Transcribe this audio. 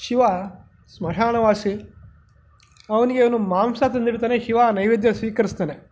ಶಿವ ಸ್ಮಶಾನವಾಸಿ ಅವನಿಗೆ ಇವನು ಮಾಂಸ ತಂದಿರ್ತಾನೆ ಶಿವ ನೈವೇದ್ಯ ಸ್ವೀಕರ್ಸ್ತಾನೆ